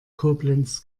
koblenz